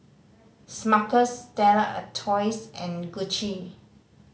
Smuckers Stella Artois and Gucci